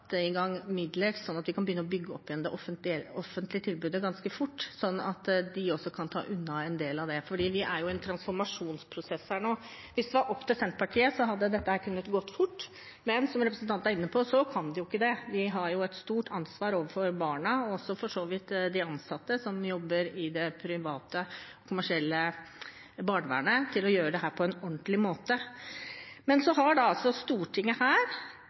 midler så vi kan begynne å bygge opp igjen det offentlige tilbudet ganske fort, slik at de også kan ta unna en del av det, for vi er i en transformasjonsprosess nå. Hvis det var opp til Senterpartiet, kunne dette gått fort, men som representanten er inne på, kan det jo ikke det. Vi har et stort ansvar overfor barna, og for så vidt også overfor de ansatte som jobber i det private kommersielle barnevernet, med hensyn til å gjøre dette på en ordentlig måte. Stortinget har i mange år ventet på at regjeringen som representanten var en del av, skulle sette i gang en prosess, som er vedtatt her,